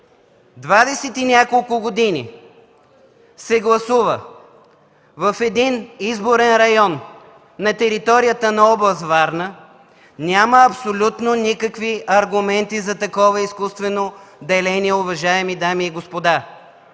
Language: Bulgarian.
двадесет и няколко години се гласува в един изборен район на територията на област Варна, няма абсолютно никакви аргументи за такова изкуствено деление, уважаеми дами и господа!